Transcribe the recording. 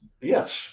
yes